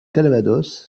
calvados